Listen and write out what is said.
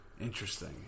Interesting